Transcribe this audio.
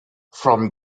from